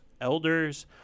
elders